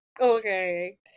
okay